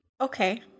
Okay